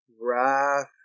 wrath